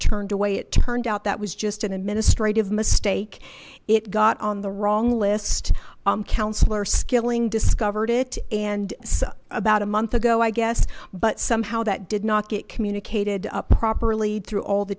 turned away it turned out that was just an administrative mistake it got on the wrong list councillor skilling discovered it and about a month ago i guess but somehow that did not get communicated properly through all the